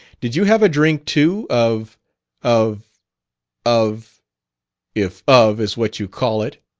did you have a drink, too, of of of if of is what you call it?